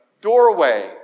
doorway